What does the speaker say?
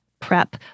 prep